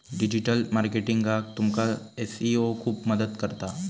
digital मार्केटिंगाक तुमका SEO खूप मदत करता